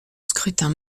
scrutin